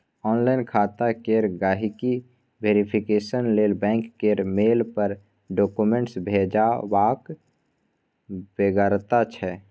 online खाता केर गांहिकी वेरिफिकेशन लेल बैंक केर मेल पर डाक्यूमेंट्स भेजबाक बेगरता छै